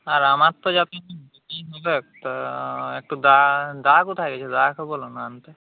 আর আমার তো একটু দা দাদা কোথায় গেছে দাদাকে বল না আনতে